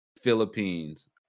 philippines